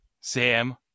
Sam